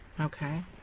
okay